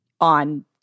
on